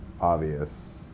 obvious